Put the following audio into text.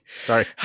Sorry